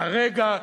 כרגע,